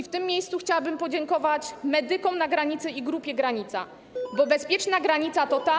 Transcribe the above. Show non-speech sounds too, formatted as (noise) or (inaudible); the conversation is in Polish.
W tym miejscu chciałabym podziękować medykom na granicy i Grupie Granica, (noise) bo bezpieczna granica to ta.